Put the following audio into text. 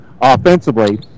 offensively